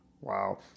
Wow